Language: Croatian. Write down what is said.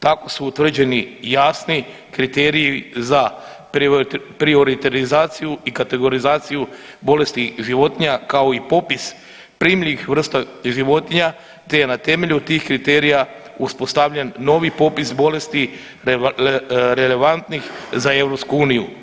Tako su utvrđeni jasni kriteriji za prioritizaciju i kategorizaciju bolesti životinja kao i popis … [[Govornik se ne razumije]] vrsta životinja, te je na temelju tih kriterija uspostavljen novi popis bolesti relevantnih za EU.